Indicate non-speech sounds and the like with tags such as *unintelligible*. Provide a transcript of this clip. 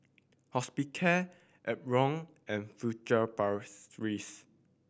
Hospicare Omron and Furtere *unintelligible*